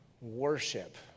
worship